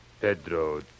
Pedro